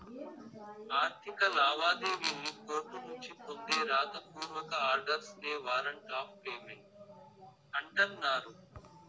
ఆర్థిక లావాదేవీల్లి కోర్టునుంచి పొందే రాత పూర్వక ఆర్డర్స్ నే వారంట్ ఆఫ్ పేమెంట్ అంటన్నారు